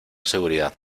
seguridad